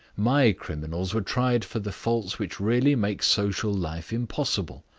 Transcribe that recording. my criminals were tried for the faults which really make social life impossible.